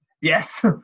Yes